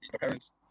parents